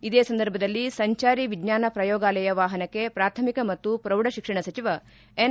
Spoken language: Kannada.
ಇದೇ ಸಂದರ್ಭದಲ್ಲಿ ಸಂಚಾರಿ ವಿಜ್ಞಾನ ಪ್ರಯೋಗಾಲಯ ವಾಹನಕ್ಕೆ ಪ್ರಾಥಮಿಕ ಮತ್ತು ಪ್ರೌಢಶಿಕ್ಷಣ ಸಚಿವ ಎನ್